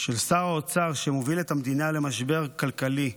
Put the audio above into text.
של שר האוצר, שמוביל את המדינה למשבר כלכלי: